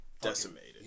Decimated